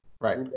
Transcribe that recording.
Right